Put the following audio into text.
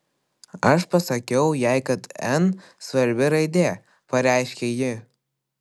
aš pasakiau jai kad n svarbi raidė pareiškė ji